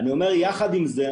יחד עם זאת,